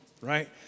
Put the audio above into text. right